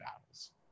battles